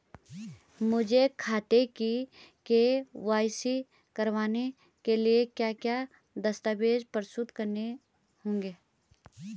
मुझे खाते की के.वाई.सी करवाने के लिए क्या क्या दस्तावेज़ प्रस्तुत करने होंगे?